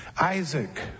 Isaac